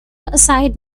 aside